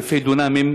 אלפי דונמים,